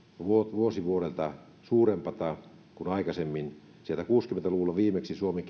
vuosi vuodelta suurempaa kuin aikaisemmin kuusikymmentä luvulla viimeksi suomi